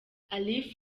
alif